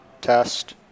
test